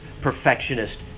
perfectionist